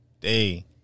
day